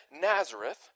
Nazareth